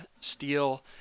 steel